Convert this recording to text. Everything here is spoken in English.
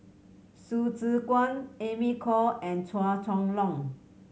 Hsu Tse Kwang Amy Khor and Chua Chong Long